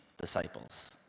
disciples